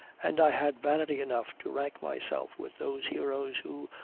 and i had vanity enough to rank myself with those heroes who,